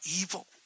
evil